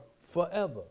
forever